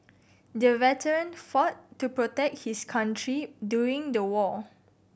the veteran fought to protect his country during the war